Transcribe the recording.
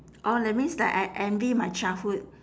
orh that means like I envy my childhood